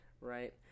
Right